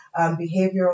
behavioral